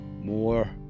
more